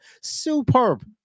superb